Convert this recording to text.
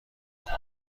کنم